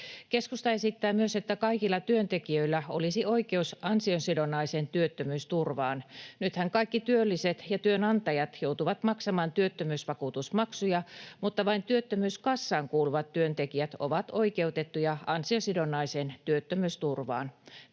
Keskusta esittää myös, että kaikilla työntekijöillä olisi oikeus ansiosidonnaiseen työttömyysturvaan. Nythän kaikki työlliset ja työnantajat joutuvat maksamaan työttömyysvakuutusmaksuja, mutta vain työttömyyskassaan kuuluvat työntekijät ovat oikeutettuja ansiosidonnaiseen työttömyysturvaan.